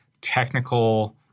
technical